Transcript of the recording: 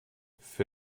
für